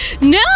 No